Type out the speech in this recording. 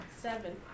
seven